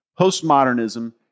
postmodernism